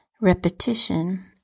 repetition